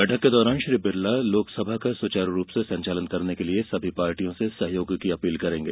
बैठक के दौरान श्री बिरला लोकसभा का सुचारू रूप से संचालन करने के लिए सभी पार्टियों से सहयोग की अपील करेंगे